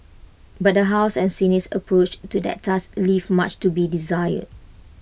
but the house and Senate's approach to that task leave much to be desired